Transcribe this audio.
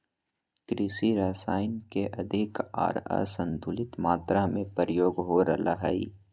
कृषि रसायन के अधिक आर असंतुलित मात्रा में प्रयोग हो रहल हइ